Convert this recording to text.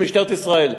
של משטרת ישראל.